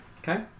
okay